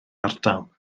ardal